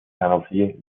penalty